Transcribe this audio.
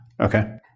Okay